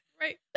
Right